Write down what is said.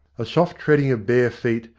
a soft treading of bare feet,